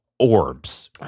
Orbs